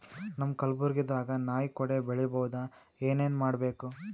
ನಮ್ಮ ಕಲಬುರ್ಗಿ ದಾಗ ನಾಯಿ ಕೊಡೆ ಬೆಳಿ ಬಹುದಾ, ಏನ ಏನ್ ಮಾಡಬೇಕು?